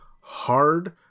hard